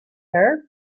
her